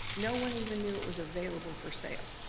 no one even knew it was available for sale.